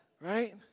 Right